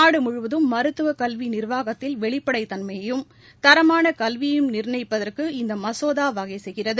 நாடு முழுவதும் மருத்துவக் கல்வி நிர்வாகததில் வெளிப்படை தன்மையையும் தரமான கல்வியையும் நிர்ணயிப்பதற்கு இந்த மசோதா வகை செய்கிறது